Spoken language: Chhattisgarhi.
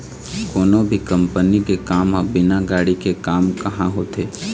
कोनो भी कंपनी के काम ह बिना गाड़ी के काम काँहा होथे